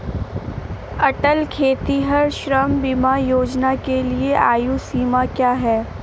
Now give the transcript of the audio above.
अटल खेतिहर श्रम बीमा योजना के लिए आयु सीमा क्या है?